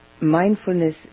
Mindfulness